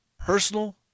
personal